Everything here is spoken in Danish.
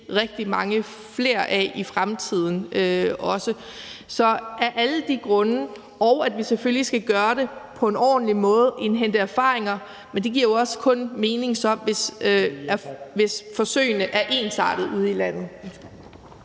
rigtig mange flere af i fremtiden. Vi skal selvfølgelig gøre det på en ordentlig måde og indhente erfaringer, men det giver så også kun mening, hvis forsøgene er ensartede ude i landet.